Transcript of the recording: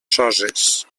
soses